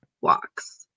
walks